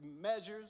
measures